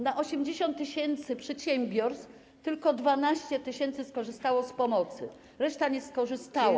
Na 80 tys. przedsiębiorstw tylko 12 tys. skorzystało z pomocy, reszta nie skorzystała.